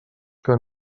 que